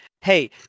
hey